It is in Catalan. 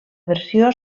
versió